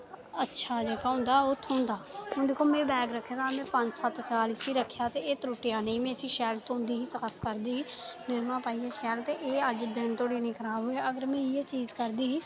अच्छा जेह्का होंदा ओ थ्होंदा हून दिक्खो मैं बैग रक्खे दा में पंज सत्त साल इस्सी रक्खेआ ते एह् त्रुट्टेया नेईं मैं इस्सी शैल धोंदी ही साफ करदी ही निरमा पाइयै शैल ते एह् अज्ज दिन धोड़ी निं खराब होएआ अगर में इ'यै चीज करदी ही